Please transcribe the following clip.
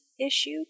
issue